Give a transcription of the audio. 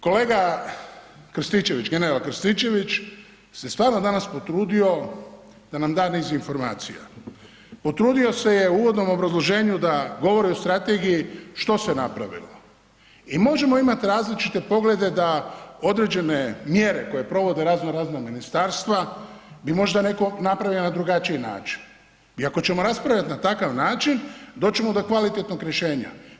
Kolega Krstičević, general Krstičević se stvarno danas potrudio da nam da niz informacija, potrudio se je u uvodnom obrazloženju da govori o strategiji što se je napravilo i možemo imati različite poglede da određene mjere koje provode razno razna ministarstva bi možda napravio na drugačiji način i ako ćemo raspravljat na takav način doći ćemo do kvalitetnog rješenja.